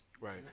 Right